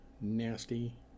nasty